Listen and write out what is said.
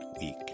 week